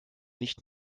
nicht